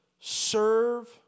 serve